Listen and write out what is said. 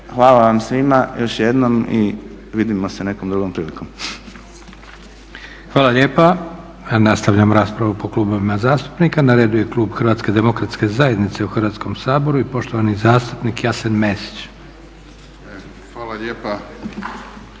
hvala vam svima još jednom i vidimo se nekom drugom prilikom. **Leko, Josip (SDP)** Hvala lijepa. Nastavljamo raspravu po klubovima zastupnika. Na redu je klub Hrvatske demokratske zajednice u Hrvatskom saboru i poštovani zastupnik Jasen Mesić. **Mesić,